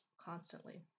constantly